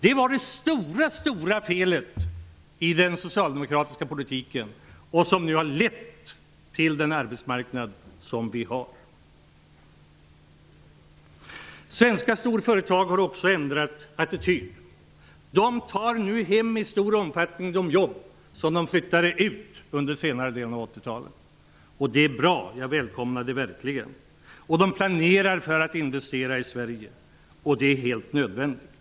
Det var det stora felet i den socialdemokratiska politiken, som nu har lett till den arbetsmarknad som vi har. Också svenska storföretag har ändrat attityd. De tar nu i stor omfattning hem de jobb som de flyttade ut under senare delen av 80-talet. Det är bra, och jag välkomnar det verkligen. De planerar också för att investera i Sverige, och det är helt nödvändigt.